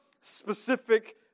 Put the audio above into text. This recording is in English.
specific